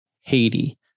Haiti